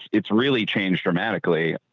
it's really changed dramatically.